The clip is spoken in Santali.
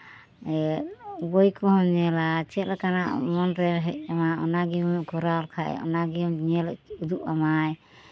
ᱤᱭᱟᱹ ᱵᱳᱭ ᱠᱚᱦᱚᱸᱢ ᱧᱮᱞᱟ ᱪᱮᱫ ᱞᱮᱠᱟᱱᱟᱜ ᱢᱚᱱᱨᱮ ᱦᱮᱡ ᱟᱢᱟ ᱚᱱᱟᱜᱮᱢ ᱠᱚᱨᱟᱣ ᱞᱮᱠᱷᱟᱱ ᱚᱱᱟᱜᱮ ᱧᱮᱞ ᱩᱫᱩᱜ ᱟᱢᱟᱭ